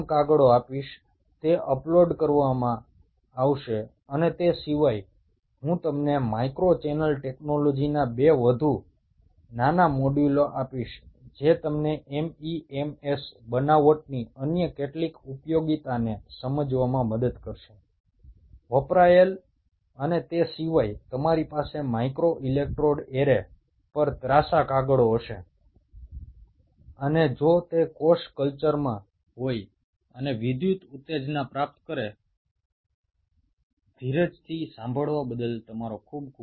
এই পেপারগুলো আপলোড করা হবে এবং এছাড়াও আমি তোমাদেরকে মাইক্রো চ্যানেল টেকনোলজির দুটো ছোট মডেল দেব যা তোমাদেরকে MEMS ফেব্রিকেশনের এবং অন্যান্য যে অ্যাপ্লিকেশনগুলো ব্যবহৃত হয় সেগুলো বুঝতে সাহায্য করবে এবং এছাড়াও মাইক্রো ইলেকট্রোড অ্যারে সংক্রান্ত স্কিউ পেপারও থাকবে